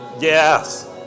Yes